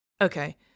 Okay